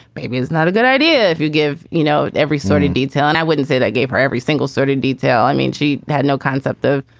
maybe it's not a good idea if you give, you know, every sort of and detail. and i wouldn't say that gave her every single certain detail. i mean, she had no concept of,